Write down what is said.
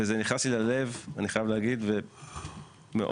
ואני חייב להגיד שזה נכנס לי ללב.